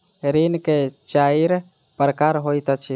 ऋण के चाइर प्रकार होइत अछि